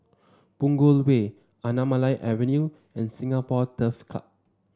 Punggol Way Anamalai Avenue and Singapore Turf Club